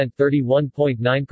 31.9%